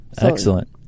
Excellent